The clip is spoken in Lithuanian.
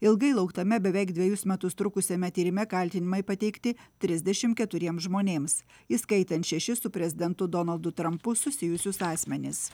ilgai lauktame beveik dvejus metus trukusiame tyrime kaltinimai pateikti trisdešimt keturiems žmonėms įskaitant šešis su prezidentu donaldu trampu susijusius asmenis